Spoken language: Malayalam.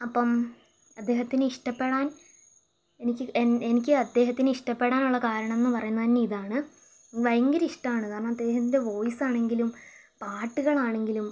അപ്പം അദ്ദേഹത്തിന് ഇഷ്ടപ്പെടാൻ എനിക്ക് എനിക്ക് അദ്ദേഹത്തിനെ ഇഷ്ടപ്പെടാനുള്ള കാരണം എന്ന് പറയുന്നത് തന്നെ ഇതാണ് ഭയങ്കര ഇഷ്ടമാണ് കാരണം അദ്ദേഹത്തിൻ്റെ വോയിസ് ആണെങ്കിലും പാട്ടുകളാണെങ്കിലും